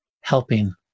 helping